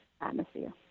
atmosphere